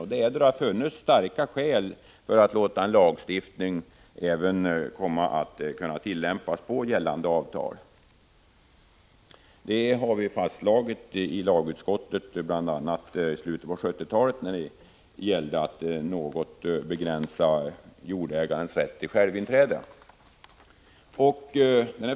Det är när det har funnits starka skäl för att låta lagstiftningen kunna få en tillämpning även på gällande avtal. Det har vi fastslagit i lagutskottet bl.a. i slutet av 1970-talet när det gällde att något begränsa jordägarens rätt till självinträde.